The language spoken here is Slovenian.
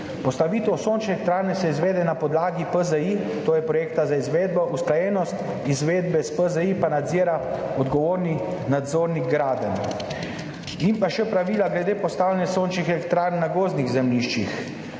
Postavitev sončne elektrarne se izvede na podlagi PZI, to je projekta za izvedbo, usklajenost izvedbe s PZI pa nadzira odgovorni nadzornik gradenj. In pa še pravila glede postavljanja sončnih elektrarn na gozdnih zemljiščih,